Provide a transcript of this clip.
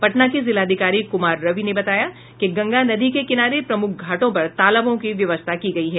पटना के जिलाधिकारी कुमार रवि ने बताया कि गंगा नदी के किनारे प्रमुख घाटों पर तालाबों की व्यवस्था की गयी है